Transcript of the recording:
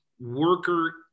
worker